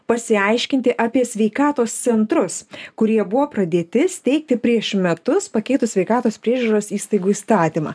pasiaiškinti apie sveikatos centrus kurie buvo pradėti steigti prieš metus pakeitus sveikatos priežiūros įstaigų įstatymą